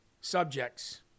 subjects